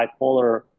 bipolar